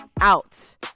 out